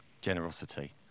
generosity